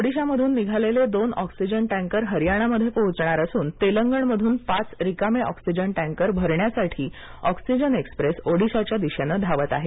ओडिशामधून निघालेले दोन oxygen tanker हरियानामध्ये पोहोचणार असून तेलंगणमधून पाच रिकामे ऑक्सिजन टँकर भरण्यासाठी ऑक्सिजन एक्स्प्रेस ओडिशाच्या दिशेनं धावत आहे